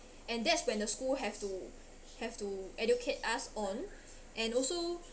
and that's when the school have to have to educate us on and also